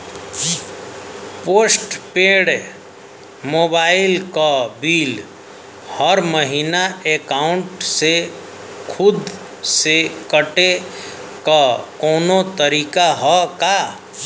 Post paid mobile क bill हर महिना एकाउंट से खुद से कटे क कौनो तरीका ह का?